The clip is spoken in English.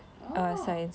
oh